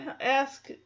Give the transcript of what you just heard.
ask